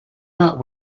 not